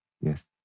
Yes